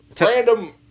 random